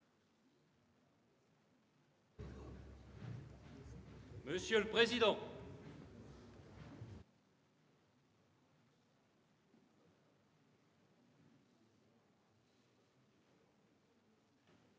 Monsieur le président,